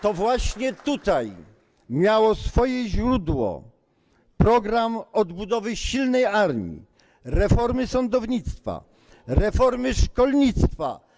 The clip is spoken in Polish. To właśnie tutaj miał swoje źródło program odbudowy silnej armii, reformy sądownictwa, reformy szkolnictwa.